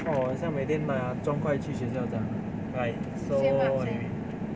orh 我好像每天拿砖块去学校这样 like so heavy